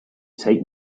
take